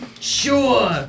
Sure